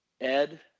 Ed